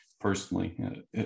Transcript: personally